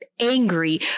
angry